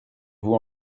vous